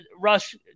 rush